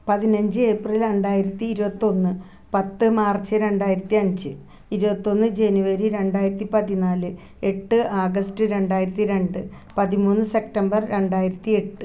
പതിനഞ്ച് ഏപ്രിൽ രണ്ടായിരത്തി ഇരുപത്തി ഒന്ന് പത്ത് മാർച്ച് രണ്ടായിരത്തി അഞ്ച് ഇരുപത്തി ഒന്ന് ജനുവരി രണ്ടായിരത്തി പതിനാല് എട്ട് ആഗസ്റ്റ് രണ്ടായിരത്തി രണ്ട് പതിമൂന്ന് സെപ്റ്റംബർ രണ്ടായിരത്തി എട്ട്